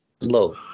low